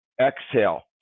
Exhale